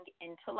intellect